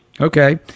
okay